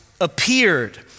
appeared